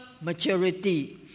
maturity